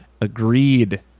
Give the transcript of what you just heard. Agreed